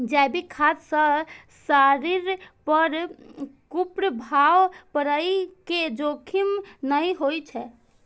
जैविक खाद्य सं शरीर पर कुप्रभाव पड़ै के जोखिम नै होइ छै